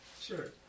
Sure